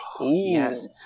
Yes